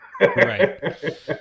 Right